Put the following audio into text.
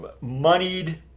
moneyed